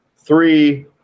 Three